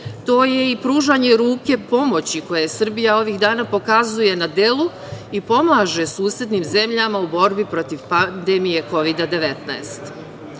To je i pružanje ruke pomoći koju Srbija ovih dana pokazuje na delu i pomaže susednim zemljama u borbi protiv pandemije Kovida-19.